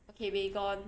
okay Baygon